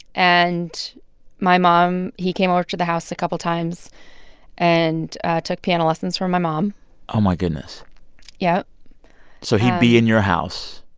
and my mom he came over to the house a couple times and took piano lessons from my mom oh, my goodness yeah so he'd be in your house.